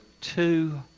two